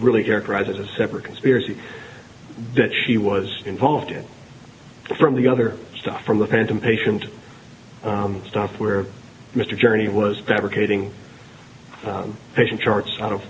really characterize as a separate conspiracy that she was involved in from the other stuff from the phantom patient stuff where mr journey was fabricating patient charts out of